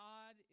God